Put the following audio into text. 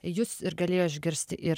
jus ir galėjo išgirsti ir